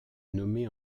nommé